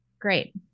Great